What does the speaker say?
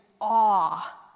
awe